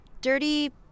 dirty